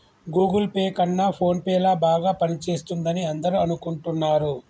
Google Pay కన్నా PhonePe ల బాగా పనిచేస్తుందని అందరూ అనుకుంటున్నారు